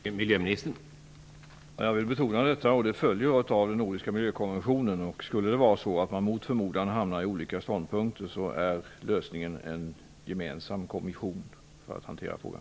Herr talman! Jag vill betona det. Det följer av den nordiska miljökonventionen. Om man mot förmodan skulle hamna i olika ståndpunkter är lösningen en gemensam kommission för att hantera frågan.